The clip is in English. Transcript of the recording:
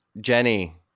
Jenny